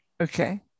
Okay